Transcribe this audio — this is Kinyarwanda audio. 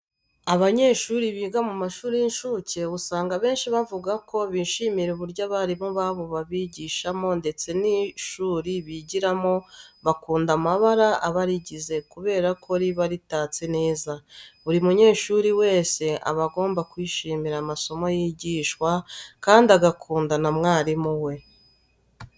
Abanyeshuri biga mu mashuri y'incuke usanga abenshi bavuga ko bishimira uburyo abarimu babo babigishamo ndetse n'ishuri bigiramo bakunda amabara aba arigize kubera ko riba ritatse neza. Buri munyeshuri wese aba agomba kwishimira amasomo yigishwa kandi agakunda na mwarimu we.